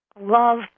Love